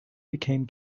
became